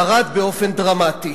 ירד באופן דרמטי,